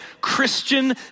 Christian